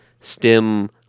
stem